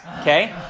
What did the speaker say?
Okay